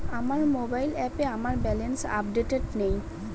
আমার মোবাইল অ্যাপে আমার ব্যালেন্স আপডেটেড নেই